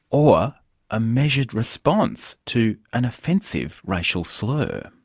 or a measured response to an offensive racial slur?